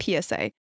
psa